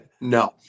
no